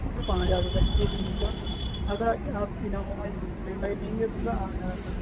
پانچ ہزار روپیے ایک دن کا اگر آپ انووا لیں گے تو پھر آٹھ ہزار روپیہ ہے